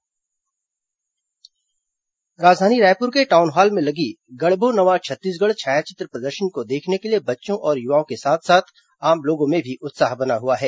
छायाचित्र प्रदर्शनी राजधानी रायपुर के टाउन हॉल में लगी गढ़बो नवा छत्तीसगढ़ छायाचित्र प्रदर्शनी को देखने के लिए बच्चों और युवाओं के साथ साथ आम लोगों में भी उत्साह बना हुआ है